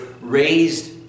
raised